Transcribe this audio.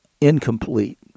incomplete